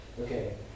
Okay